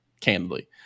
Candidly